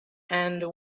and